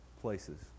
places